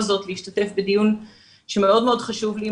זאת להשתתף בדיון שמאוד מאוד חשוב לי,